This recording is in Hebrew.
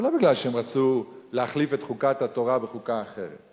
זה לא בגלל שהם רצו להחליף את חוקת התורה בחוקה אחרת.